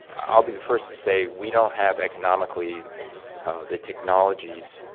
i'll be the first to say we don't have economically the technologies